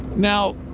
now,